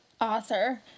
author